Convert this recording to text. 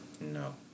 no